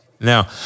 Now